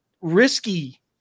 risky